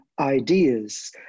ideas